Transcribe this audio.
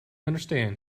understand